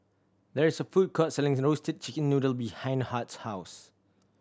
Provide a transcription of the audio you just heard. there is a food court selling Roasted Chicken Noodle behind Hart's house